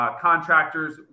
Contractors